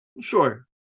Sure